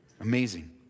Amazing